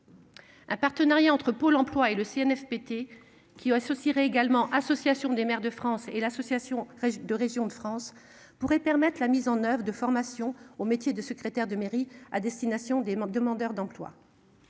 Un partenariat entre Pôle emploi et le Cnfpt qui associerait également Association des maires de. France et l'association de régions de France pourrait permettre la mise en oeuvre de formation au métier de secrétaire de mairie à destination des membres demandeurs d'emploi.